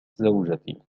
زوجتي